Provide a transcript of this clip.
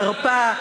חרפה.